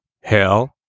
Hell